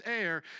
air